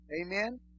amen